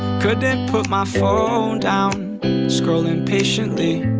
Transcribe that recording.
couldn't put my phone down scrolling patiently